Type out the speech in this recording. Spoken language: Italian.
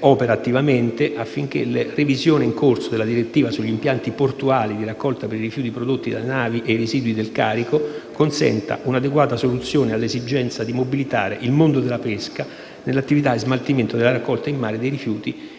opera attivamente affinché le revisioni in corso della direttiva sugli impianti portuali di raccolta dei rifiuti prodotti dalle navi e i residui del carico consentano un'adeguata soluzione all'esigenza di mobilitare il mondo della pesca nell'attività e smaltimento della raccolta in mare dei rifiuti